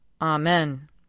Amen